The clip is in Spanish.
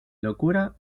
locura